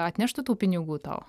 atneštų tų pinigų tau